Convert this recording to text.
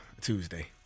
Tuesday